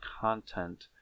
content